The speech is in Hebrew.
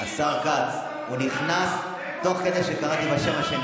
חבר הכנסת רון כץ, בבקשה.